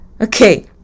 Okay